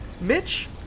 Mitch